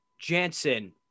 jansen